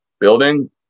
building